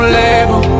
label